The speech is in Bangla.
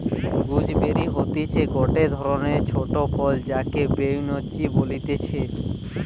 গুজবেরি হতিছে গটে ধরণের ছোট ফল যাকে বৈনচি বলতিছে